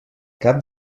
cap